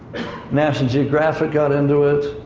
national geographic got into it.